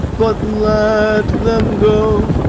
but let them go,